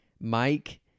Mike